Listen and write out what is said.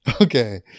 Okay